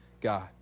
God